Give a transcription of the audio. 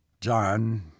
John